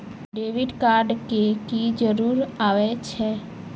Debit card के की जरूर आवे छै?